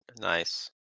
Nice